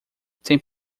tem